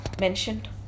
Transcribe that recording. mentioned